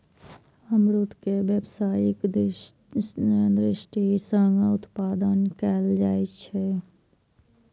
अमरूद के व्यावसायिक दृषि सं उत्पादन कैल जाइ छै